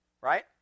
right